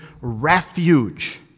refuge